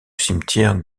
cimetière